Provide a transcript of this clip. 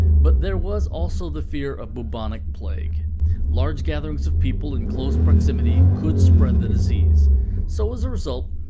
but there was also the fear of bubonic plague large gatherings of people in close proximity could spread the disease so as a result,